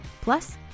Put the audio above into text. Plus